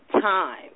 time